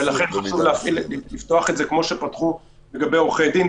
-- לכן חשוב לפתוח את זה כמו שפתחו לגבי עורכי דין,